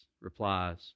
replies